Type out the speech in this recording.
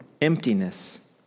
emptiness